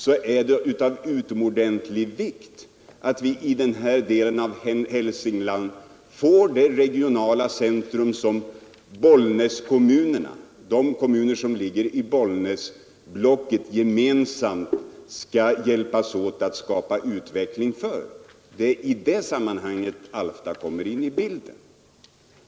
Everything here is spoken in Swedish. Det är av utomordentlig vikt att vi i denna del av Hälsingland får det regionala centrum som Bollnäskommunerna, de kommuner som ligger i Bollnäsblocket, gemensamt skall hjälpas åt att skapa utveckling för. Det är i det sammanhanget Alfta kommer in i bilden.